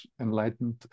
enlightened